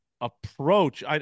approach